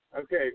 Okay